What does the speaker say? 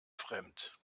fremd